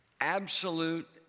absolute